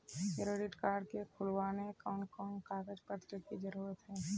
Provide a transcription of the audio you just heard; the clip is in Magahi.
क्रेडिट कार्ड के खुलावेले कोन कोन कागज पत्र की जरूरत है?